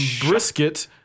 Brisket